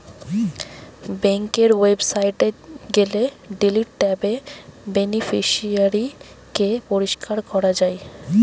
বেংকের ওয়েবসাইটে গেলে ডিলিট ট্যাবে বেনিফিশিয়ারি কে পরিষ্কার করা যায়